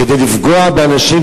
כדי לפגוע באנשים,